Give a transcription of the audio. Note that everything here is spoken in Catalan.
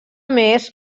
més